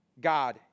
God